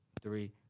three